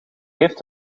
heeft